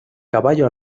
caballo